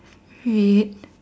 red